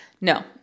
No